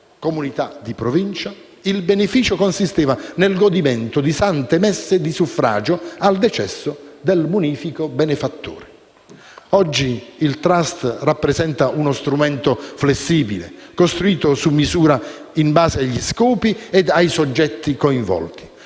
comunità di provincia, il beneficio consisteva nel godimento di sante messe di suffragio al decesso del munifico benefattore. Oggi il *trust* costituisce uno strumento flessibile, costruito su misura in base agli scopi e ai soggetti coinvolti,